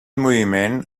moviment